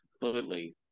completely